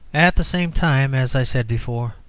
at the same time, as i said before,